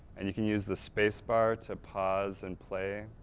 and you can use the spacebar to pause and play.